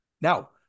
Now